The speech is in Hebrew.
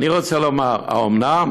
אני רוצה לומר: האומנם?